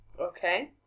Okay